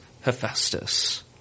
Hephaestus